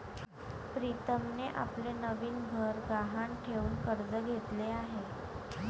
प्रीतमने आपले नवीन घर गहाण ठेवून कर्ज घेतले आहे